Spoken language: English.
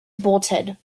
bolted